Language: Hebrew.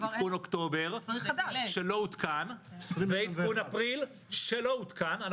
עדכון אוקטובר שלא עודכן ועדכון אפריל שלא עודכן.